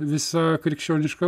visa krikščioniška